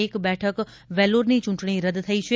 એક બેઠક વેલ્લોરની ચ્રંટણી રદ થઇ છે